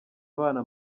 abana